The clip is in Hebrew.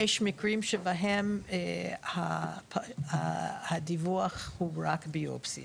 יש מקרים שבהם הדיווח הוא רק ביופסיה,